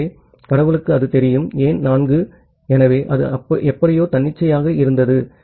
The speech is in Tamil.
ஆகவே கடவுளுக்கு அது தெரியும் ஏன் 4 ஆகவே அது எப்படியோ தன்னிச்சையாக இருந்தது